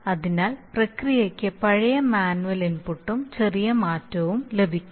അതിനാൽ പ്രക്രിയയ്ക്ക് പഴയ മാനുവൽ ഇൻപുട്ടും ചെറിയ മാറ്റവും ലഭിക്കും